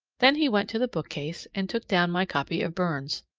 then he went to the bookcase and took down my copy of burns,